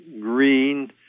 green